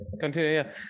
Continue